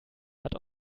hat